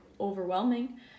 overwhelming